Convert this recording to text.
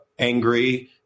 Angry